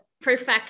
perfect